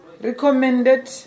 recommended